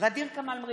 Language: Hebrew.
ע'דיר כמאל מריח,